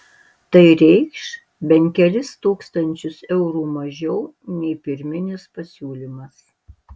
tai reikš bent kelis tūkstančius eurų mažiau nei pirminis pasiūlymas